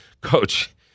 coach